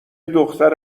دختر